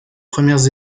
premières